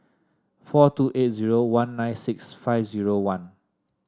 four two eight zero one nine six five zero one